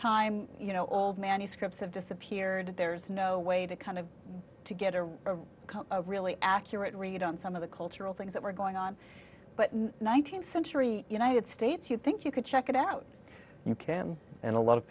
time you know old manuscripts have disappeared there's no way to kind of to get a cup of really accurate read on some of the cultural things that were going on but nineteenth century united states you think you could check it out you can and a lot of